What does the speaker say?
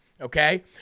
okay